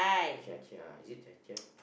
Jia-Jia is it Jia-Jia